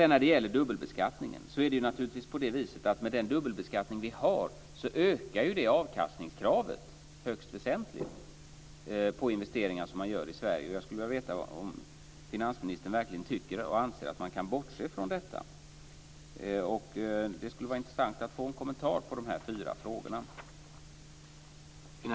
När det gäller dubbelbeskattningen är det naturligtvis på det viset att med den dubbelbeskattning vi har ökar avkastningskravet högst väsentligt på investeringar som görs i Sverige. Jag skulle vilja veta om finansministern verkligen anser att man kan bortse från detta. Det skulle vara intressant att få en kommentar till de här fyra frågorna.